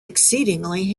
exceedingly